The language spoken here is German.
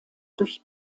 durch